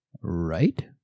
Right